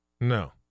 No